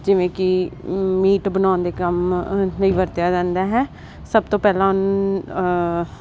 ਜਿਵੇਂ ਕੀ ਮੀਟ ਬਣਾਉਣ ਦੇ ਕੰਮ ਲਈ ਵਰਤਿਆ ਜਾਂਦਾ ਹੈ ਸਭ ਤੋਂ ਪਹਿਲਾਂ ਉਨ